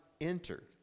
entered